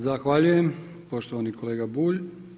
Zahvaljujem poštovani kolega Bulj.